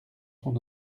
son